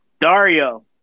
Dario